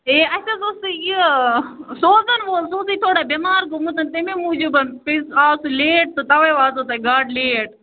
ہے اَسہِ حظ اوسے یہِ سوزَن وول سُہ اوسُے تھوڑا بیمار گوٚمُت تَمے موٗجوٗبَن آو سُہ لیٹ تہٕ تَوے واژَو تۄہہِ گاڈٕ لیٹ